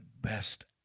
best